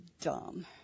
dumb